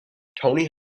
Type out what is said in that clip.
tony